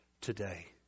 today